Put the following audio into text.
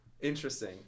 Interesting